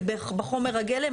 בחומר הגלם.